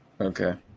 Okay